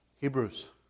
Hebrews